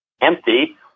empty